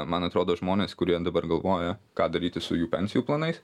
man atrodo žmonės kurie dabar galvoja ką daryti su jų pensijų planais